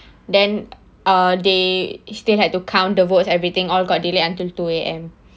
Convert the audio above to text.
then uh they still had to count the votes everything all got delayed until two A_M